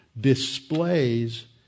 displays